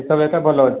ଏଥର ଏଇଟା ଭଲ ଅଛି